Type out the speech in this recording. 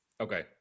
okay